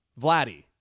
Vladdy